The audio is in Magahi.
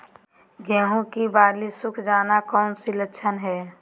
गेंहू की बाली सुख जाना कौन सी लक्षण है?